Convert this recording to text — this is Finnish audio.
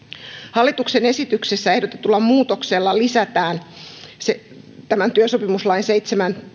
hallituksen esityksessä ehdotetulla muutoksella lisätään tämän työsopimuslain seitsemän